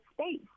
space